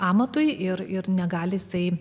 amatui ir ir negali jisai